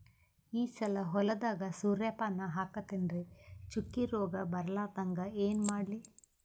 ಈ ಸಲ ಹೊಲದಾಗ ಸೂರ್ಯಪಾನ ಹಾಕತಿನರಿ, ಚುಕ್ಕಿ ರೋಗ ಬರಲಾರದಂಗ ಏನ ಮಾಡ್ಲಿ?